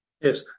Yes